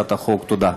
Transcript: תודה.